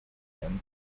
them